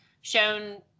shown